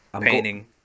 painting